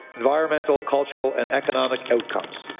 environmental, cultural, and economic outcomes.